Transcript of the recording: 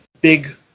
big